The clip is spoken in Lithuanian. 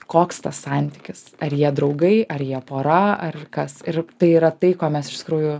koks tas santykis ar jie draugai ar jie pora ar kas ir tai yra tai ko mes iš tikrųjų